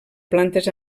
plantes